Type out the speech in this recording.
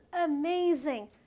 amazing